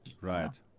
right